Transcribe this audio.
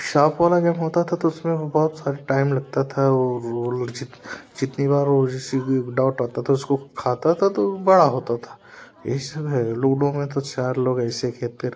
सांप वाला गेम होता था तो उसमें बहुत सारी टाइम लगता था और वो लो जितनी बार वो जैसे कि डाउट आता था तो उसको खाता था तो वो बड़ा होता था यही सब है लूडो में तो चार लोग ऐसे खेते रहते हैं कि